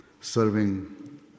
serving